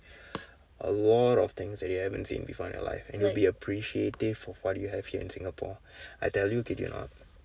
a lot of things that you haven't seen before in your life and you will be appreciative of what you have here in Singapore I tell you kid you not